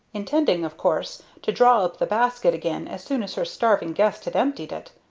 intending, of course, to draw up the basket again as soon as her starving guest had emptied it.